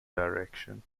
direction